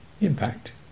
impact